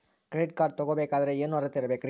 Credit card ತೊಗೋ ಬೇಕಾದರೆ ಏನು ಅರ್ಹತೆ ಇರಬೇಕ್ರಿ?